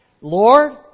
Lord